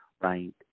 right